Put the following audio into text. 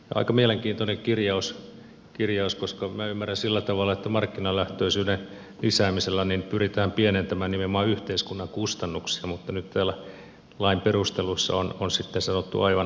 aika mielenkiintoinen kirjaus koska minä ymmärrän sillä tavalla että markkinalähtöisyyden lisäämisellä pyritään pienentämään nimenomaan yhteiskunnan kustannuksia mutta nyt täällä lain perusteluissa on sitten sanottu aivan toisin